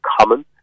common